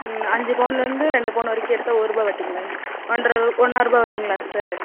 ம் அஞ்சு பவுனிலருந்து ரெண்டு பவுன் வரைக்கும் எடுத்தால் ஒருருபா வட்டிங்களாங்க ஒன்ற ரூ ஒன்றாரூபா வட்டிங்களா சார்